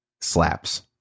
slaps